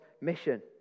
mission